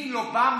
"ומי לא בא?